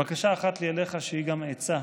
בקשה אחת לי אליך, שהיא גם עצה,